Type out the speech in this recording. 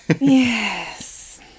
Yes